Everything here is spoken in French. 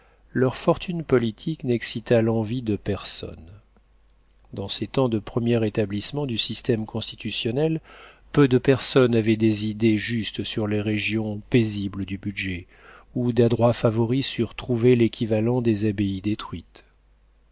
leur fortune politique n'excita l'envie de personne dans ces temps de premier établissement du système constitutionnel peu de personnes avaient des idées justes sur les régions paisibles du budget où d'adroits favoris surent trouver l'équivalent des abbayes détruites